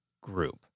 group